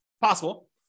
possible